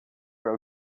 are